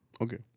Okay